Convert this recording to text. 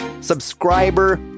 subscriber